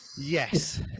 Yes